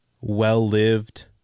well-lived